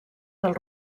del